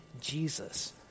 Jesus